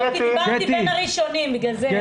דיברתי בין הראשונים, בגלל זה.